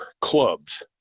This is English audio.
clubs